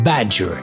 Badger